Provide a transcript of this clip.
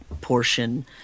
portion